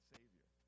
Savior